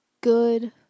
Good